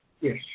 Yes